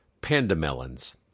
pandamelons